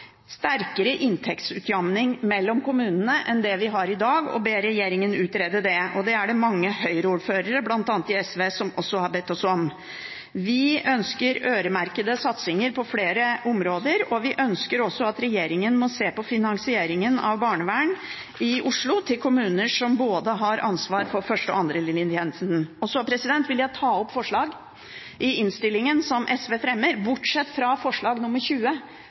sterkere inntektsutjevning mellom kommunene enn det vi har i dag, og ber regjeringen utrede det. Det er det mange Høyre-ordførere, bl.a. i Vestfold, som også har bedt om. Vi ønsker øremerkede satsinger på flere områder, og vi ønsker også at regjeringen må se på finansieringen av barnevern i Oslo, i kommuner som har ansvar for både første- og andrelinjetjenesten. Så vil jeg ta opp forslagene i innstillingen som SV fremmer – bortsett fra forslag nr. 20,